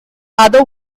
other